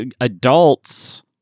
adults